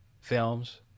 films